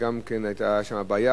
שגם היתה שם בעיה,